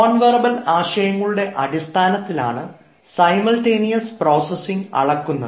non verbal ആശയങ്ങളുടെ അടിസ്ഥാനത്തിലാണ് simultaneous processing അളക്കുന്നത്